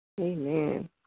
Amen